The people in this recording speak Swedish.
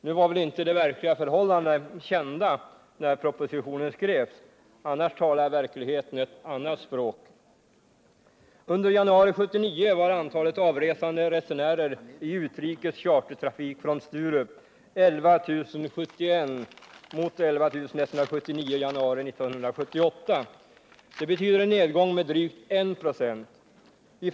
Nu var väl inte de verkliga förhållandena kända när propositionen skrevs, då verkligheten talar ett annat språk. Under januari 1979 var antalet avresande resenärer i utrikes chartertrafik från Sturup 11 701 mot 11 179 i januari 1978. Det betyder en nedgång med drygt 1 96.